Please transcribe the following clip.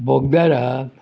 बोग्द्यार आहा